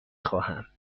خواهم